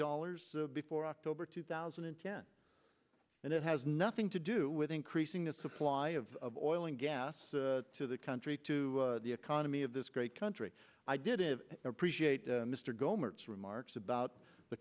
dollars before october two thousand and ten and it has nothing to do with increasing the supply of oil and gas to the country to the economy of this great country i didn't appreciate mr gohmert remarks about the